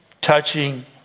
touching